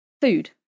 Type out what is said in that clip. Food